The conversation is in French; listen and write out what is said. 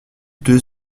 deux